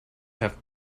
have